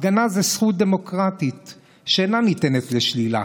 הפגנה זו זכות דמוקרטית שאינה ניתנת לשלילה.